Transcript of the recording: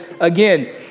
again